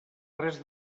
res